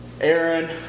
Aaron